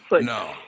No